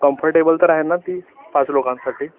comfortable तर आहे ना ती पाच लोकांसाठी